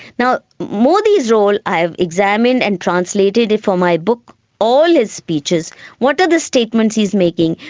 now, modi's role i have examined and translated for my book all his speeches what are the statements he's making,